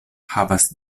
havas